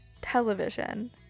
television